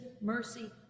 mercy